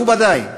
מכובדי,